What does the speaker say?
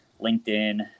LinkedIn